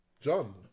John